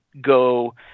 go